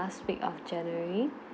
~ast week of january